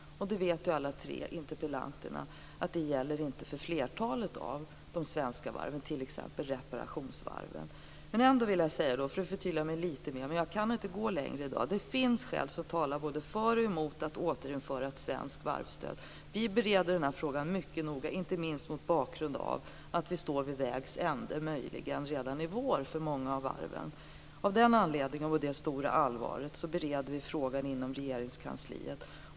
Alla tre interpellanter vet att det inte gäller för flertalet av de svenska varven, t.ex. reparationsvarven. För att förtydliga mig lite mer - men jag kan inte gå längre i dag - vill jag säga att det finns skäl som talar både för och emot att återinföra ett svenskt varvsstöd. Vi bereder den här frågan mycket noga, inte minst mot bakgrund av att vi står vid vägs ände, möjligen redan i vår, för många av varven. Av den anledningen och mot bakgrund av det stora allvaret bereder vi frågan inom Regeringskansliet.